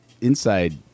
inside